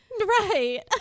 Right